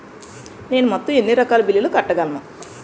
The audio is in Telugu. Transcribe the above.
నేను మొత్తం ఎన్ని రకాల బిల్లులు కట్టగలను?